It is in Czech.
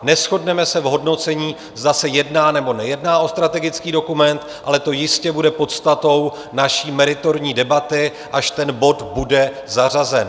Neshodneme se v hodnocení, zda se jedná, nebo nejedná o strategický dokument, ale to jistě bude podstatou naší meritorní debaty, až ten bod bude zařazen.